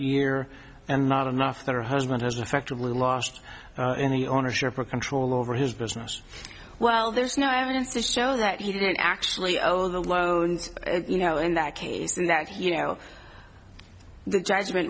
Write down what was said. year and not enough that her husband has effectively lost any ownership or control over his business well there's no evidence to show that he didn't actually owe the loans you know in that case and that you know the judgment